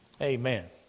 Amen